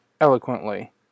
eloquently